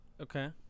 Okay